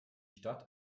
stadt